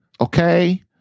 Okay